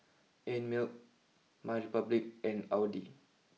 Einmilk my Republic and Audi